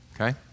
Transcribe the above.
Okay